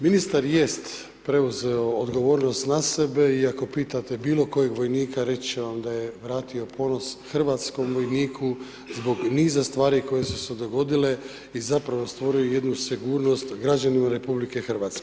Ministar jest preuzeo odgovornost na sebe i ako pitate bilokojeg vojnika, reći će vam da je vratio ponos hrvatskom vojniku zbog niza stvari koje su se dogodile i zapravo stvorio jednu sigurnost građanima RH.